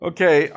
Okay